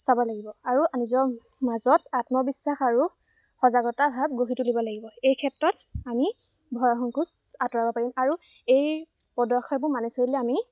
চাব লাগিব আৰু নিজৰ মাজত আত্মবিশ্বাস আৰু সজাগতা ভাৱ গঢ়ি তুলিব লাগিব এই ক্ষেত্ৰত আমি ভয় সংকুচ আঁতৰাব পাৰিম আৰু এই পদক্ষেপবোৰ মানি চলিলে আমি